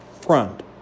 front